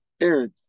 Eric